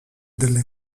delle